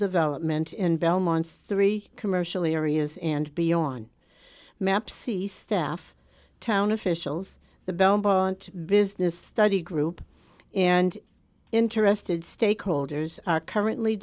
development in belmont's three commercial areas and beyond maps east staff town officials the belmont business study group and interested stakeholders are currently